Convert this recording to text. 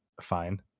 fine